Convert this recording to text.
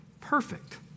Perfect